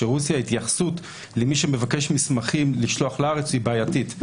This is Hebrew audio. ברוסיה ההתייחסות למי שמבקש מסמכים לשלוח לארץ היא בעייתית.